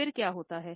फिर क्या होता है